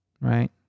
Right